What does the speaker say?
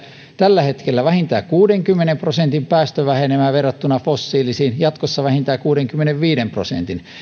tällä hetkellä vähintään kuudenkymmenen prosentin päästövähenemää verrattuna fossiilisiin jatkossa vähintään kuudenkymmenenviiden prosentin